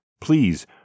please